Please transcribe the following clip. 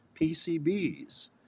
PCBs